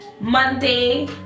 Monday